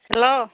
hello